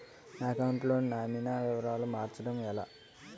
నా అకౌంట్ లో నామినీ వివరాలు మార్చటం ఎలా?